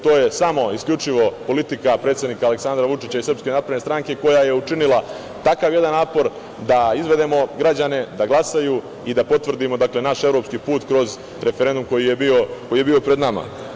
To je samo isključivo politika predsednika Aleksandra Vučića i SNS koja je učinila takav jedan napor da izvedemo građane da glasaju i da potvrdimo naš evropski put kroz referendum koji je bio pred nama.